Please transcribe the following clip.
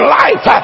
life